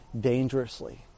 dangerously